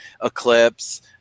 Eclipse